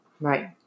Right